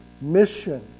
mission